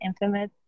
infamous